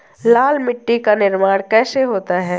लाल मिट्टी का निर्माण कैसे होता है?